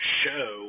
show